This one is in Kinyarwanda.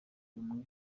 bamwe